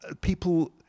people